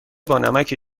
بانمکی